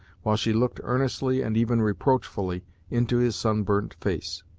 while she looked earnestly and even reproachfully into his sun burnt face.